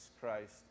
Christ